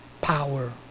power